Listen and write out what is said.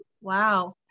Wow